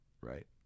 right